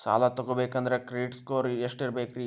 ಸಾಲ ತಗೋಬೇಕಂದ್ರ credit score ಎಷ್ಟ ಇರಬೇಕ್ರಿ?